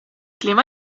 clima